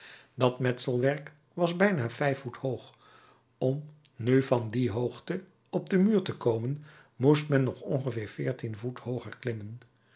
dat metselwerk was bijna vijf voet hoog om nu van die hoogte op den muur te komen moest men nog ongeveer veertien voet hooger klimmen